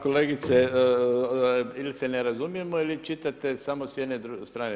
Pa kolegice, ili se ne razumijemo ili čitate samo s jedne strane.